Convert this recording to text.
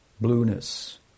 blueness